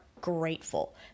grateful